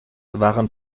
waren